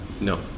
no